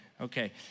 Okay